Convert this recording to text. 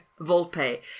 Volpe